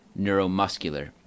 neuromuscular